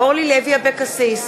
אורלי לוי אבקסיס,